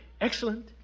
Excellent